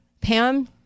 Pam